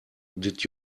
did